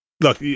look